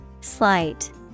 Slight